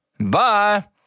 bye